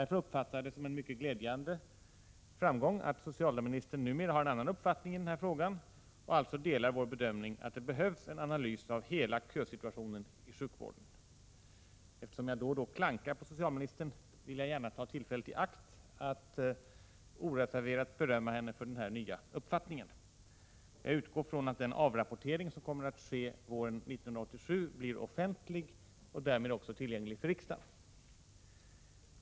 Därför uppfattar jag det som en mycket glädjande framgång att socialministern numera har en annan uppfattning i denna fråga och alltså delar vår bedömning att det behövs en analys av hela kösituationen inom sjukvården. Eftersom jag då och då klankar på socialministern vill jag nu gärna ta tillfället i akt och oreserverat berömma henne för denna nya uppfattning. Jag utgår från att rapporteringen våren 1987 blir offentlig och därmed också tillgänglig för riksdagen.